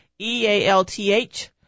E-A-L-T-H